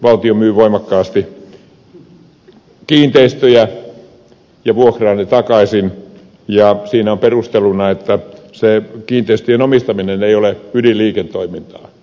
valtio myy voimakkaasti kiinteistöjä ja vuokraa ne takaisin ja siinä on perusteluna että se kiinteistöjen omistaminen ei ole ydinliiketoimintaa